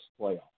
playoff